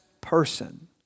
person